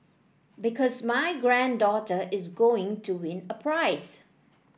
because my granddaughter is going to win a prize